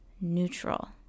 neutral